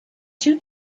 two